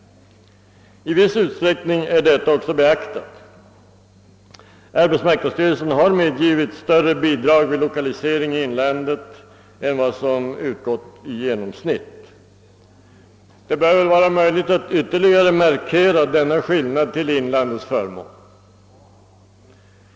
I viss utsträckning är detta också iakttaget: arbetsmarknadsstyrelsen har medgivit större bidrag vid lokalisering i inlandet än vad som genomsnittligt har utgått. Det bör vara möjligt att ytterligare markera denna skillnad till inlandets förmån.